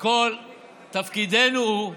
וכל תפקידנו הוא,